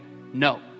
no